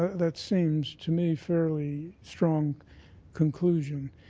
that seems to me fairly strong conclusion.